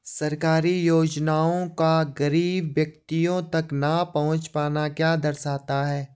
सरकारी योजनाओं का गरीब व्यक्तियों तक न पहुँच पाना क्या दर्शाता है?